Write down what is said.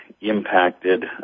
impacted